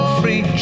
free